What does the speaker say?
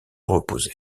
reposer